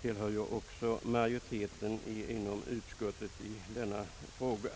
tillhör ju majoriteten inom utskottet i denna fråga.